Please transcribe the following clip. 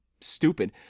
stupid